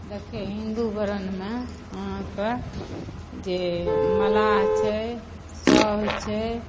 देखिऔ हिन्दू वर्णमे अहाँके जे मल्लाह छै साहू छै